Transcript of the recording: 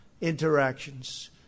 interactions